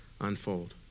unfold